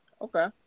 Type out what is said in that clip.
Okay